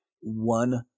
one